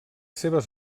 seves